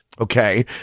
Okay